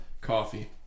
coffee